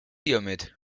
hiermit